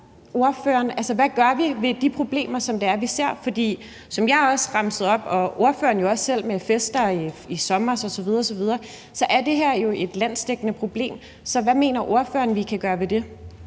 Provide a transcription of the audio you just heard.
Hvad gør vi ved de problemer, som vi ser? For som jeg også remsede op, og som ordføreren jo også selv gjorde med fester i sommer osv. osv., så er det her jo et landsdækkende problem. Så hvad mener ordføreren vi kan gøre ved det?